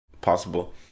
possible